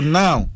now